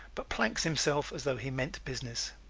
but planks himself as though he meant business.